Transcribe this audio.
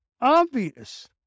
obvious